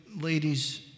ladies